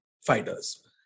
fighters